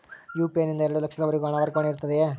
UPI ನಿಂದ ಎರಡು ಲಕ್ಷದವರೆಗೂ ಹಣ ವರ್ಗಾವಣೆ ಇರುತ್ತದೆಯೇ?